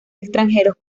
extranjeros